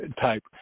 type